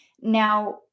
Now